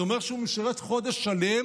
זה אומר שהוא שירת חודש שלם,